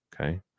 okay